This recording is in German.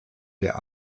der